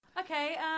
Okay